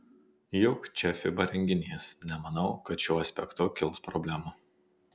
juk čia fiba renginys nemanau kad šiuo aspektu kils problemų